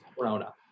Corona